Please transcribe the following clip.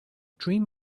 dream